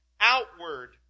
outward